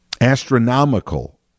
astronomical